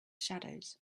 shadows